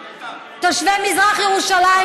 תושבי מזרח ירושלים,